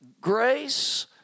grace